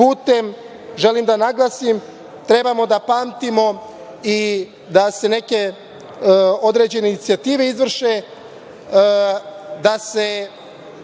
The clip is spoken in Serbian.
putem želim da naglasim da trebamo da pamtimo i da se neke određene inicijative izvrše, da se